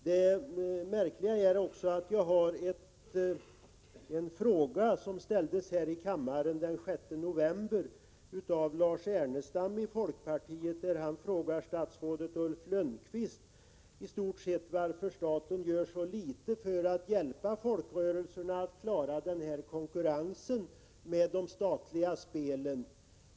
Det märkliga är att Lars Ernestam i folkpartiet ställde en fråga i kammaren den 6 november till statsrådet Ulf Lönnqvist varför staten gör så litet för att hjälpa folkrörelserna att klara konkurrensen med de statliga spelen.